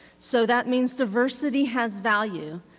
so that means diversity has value.